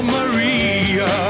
Maria